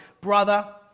brother